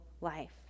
life